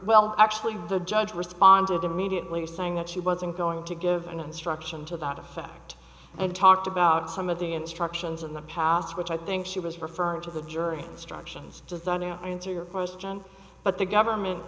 well actually the judge responded immediately saying that she wasn't going to give an instruction to that effect and talked about some of the instructions in the past which i think she was referring to the jury instructions designer answer your question but the government